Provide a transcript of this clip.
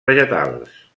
vegetals